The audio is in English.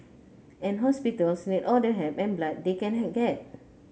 and hospitals need all the help and blood they can have get